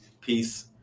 peace